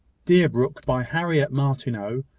deerbrook, by harriet martineau.